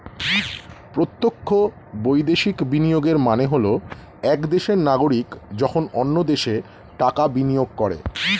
প্রত্যক্ষ বৈদেশিক বিনিয়োগের মানে হল এক দেশের নাগরিক যখন অন্য দেশে টাকা বিনিয়োগ করে